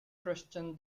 christian